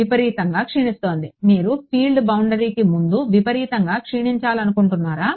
విపరీతంగా క్షీణిస్తోంది మీరు ఫీల్డ్ బౌండరీకి ముందు విపరీతంగా క్షీణించాలనుకుంటున్నారా